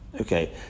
Okay